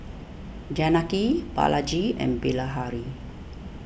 Janaki Balaji and Bilahari